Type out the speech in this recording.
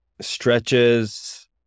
stretches